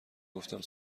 گفت